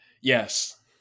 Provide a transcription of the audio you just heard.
Yes